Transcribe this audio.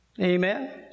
Amen